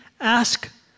ask